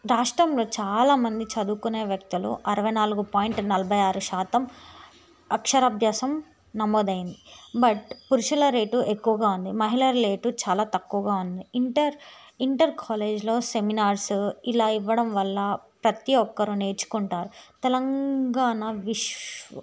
రాష్ట్రంలో చాలామంది చదువుకునే వ్యక్తులు అరవై నాలుగు పాయింట్ నలభై ఆరు శాతం అక్షరాభ్యాసం నమోదు అయింది బట్ పురుషుల రేటు ఎక్కువగా ఉంది మహిళల రేటు చాలా తక్కువగా ఉంది ఇంటర్ ఇంటర్ కాలేజ్లో సెమినార్స్ ఇలా ఇవ్వడం వల్ల ప్రతి ఒక్కరు నేర్చుకుంటారు తెలంగాణ విశ్వ